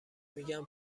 میگن